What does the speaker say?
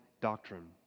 doctrine